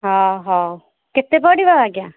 ହଁ ହଉ କେତେ ପଡ଼ିବ ଆଜ୍ଞା